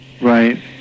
Right